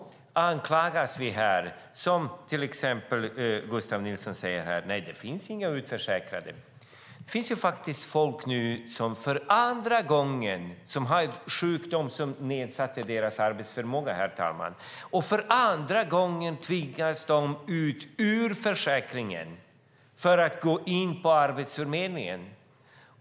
Till exempel Gustav Nilsson säger att det inte finns några utförsäkrade. Det finns faktiskt folk som är sjuka och därmed har nedsatt arbetsförmåga och som för andra gången tvingas ut ur försäkringen för att gå in på Arbetsförmedlingen.